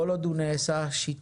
כל עוד הוא נעשה שיטתי.